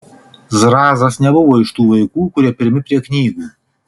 zrazas nebuvo iš tų vaikų kurie pirmi prie knygų